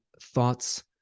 thoughts